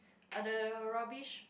are the rubbish